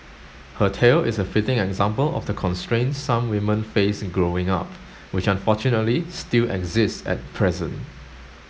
her tale is a fitting example of the constraints some women face growing up which unfortunately still exist at present